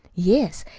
yes,